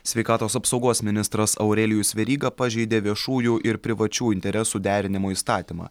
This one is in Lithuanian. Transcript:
sveikatos apsaugos ministras aurelijus veryga pažeidė viešųjų ir privačių interesų derinimo įstatymą